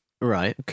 Right